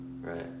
right